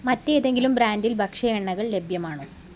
മറ്റേതെങ്കിലും ബ്രാൻഡിൽ ഭക്ഷ്യ എണ്ണകൾ ലഭ്യമാണോ